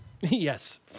Yes